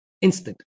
Instant